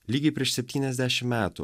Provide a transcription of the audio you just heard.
lygiai prieš septyniasdešim metų